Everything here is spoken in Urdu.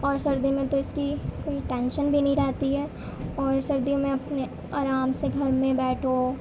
اور سردی میں تو اس کی کوئی ٹینشن بھی نہیں رہتی ہے اور سردیوں میں اپنے آرام سے گھر میں بیٹھو